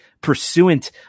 pursuant